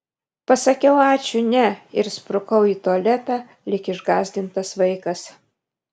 pasakiau ačiū ne ir sprukau į tualetą lyg išgąsdintas vaikas